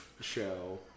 show